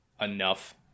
enough